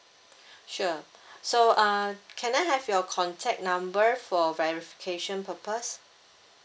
sure so uh can I have your contact number for verification purpose